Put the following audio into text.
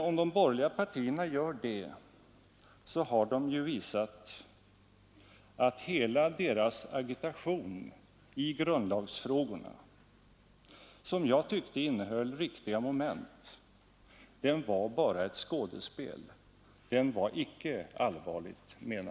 Om de borgerliga partierna gör det, har de visat att hela deras agitation i grundlagsfrågorna, som jag tyckte innehöll riktiga moment, bara var ett skådespel — den var icke allvarligt menad.